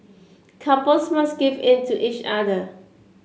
couples must give in to each other